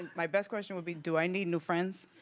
my best question would be, do i need new friends?